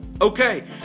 Okay